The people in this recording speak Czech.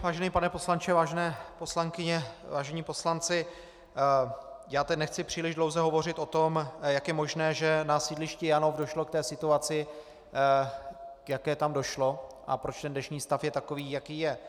Vážený pane poslanče, vážené poslankyně, vážení poslanci, nechci příliš dlouze hovořit o tom, jak je možné, že na sídlišti Janov došlo k té situaci, k jaké tam došlo, a proč ten dnešní stav je takový, jaký je.